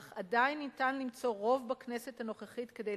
אך עדיין ניתן למצוא רוב בכנסת הנוכחית כדי